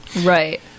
Right